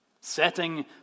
Setting